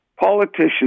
Politicians